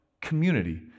community